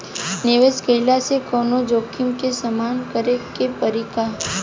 निवेश कईला से कौनो जोखिम के सामना करे क परि का?